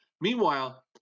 Meanwhile